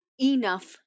enough